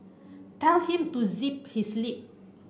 tell him to zip his lip